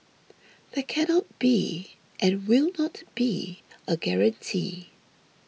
there cannot be and will not be a guarantee